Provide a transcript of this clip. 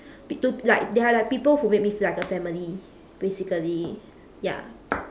be~ to like there are like people who make me feel like a family basically ya